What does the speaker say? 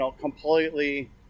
completely